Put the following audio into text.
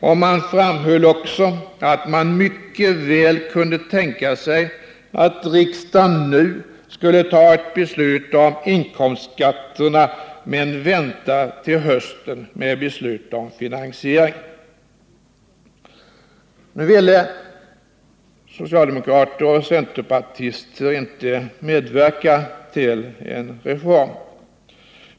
Ledningen framhöll också att man mycket väl kunde tänka sig att riksdagen nu skulle fatta beslut om inkomstskatterna men vänta till hösten med beslut om finansieringen. Nu vill socialdemokrater och centerpartister inte medverka till en reform.